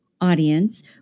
audience